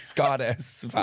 goddess